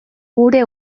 gure